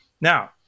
Now